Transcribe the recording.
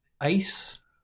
ice